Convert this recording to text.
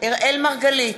אראל מרגלית,